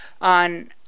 on